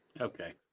okay